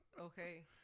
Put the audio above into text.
Okay